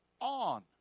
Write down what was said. on